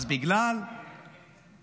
אז בגלל הקיצוניים,